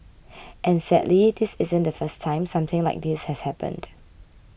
and sadly this isn't the first time something like this has happened